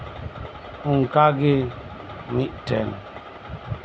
ᱚᱱᱠᱟᱜᱮ ᱢᱤᱫᱴᱮᱱ